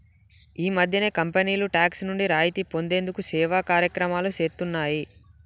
ఈ మధ్యనే కంపెనీలు టాక్స్ నుండి రాయితీ పొందేందుకు సేవా కార్యక్రమాలు చేస్తున్నాయి